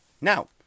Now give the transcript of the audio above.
Now